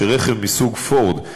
רכב מסוג "פורד"